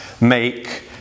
make